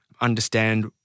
understand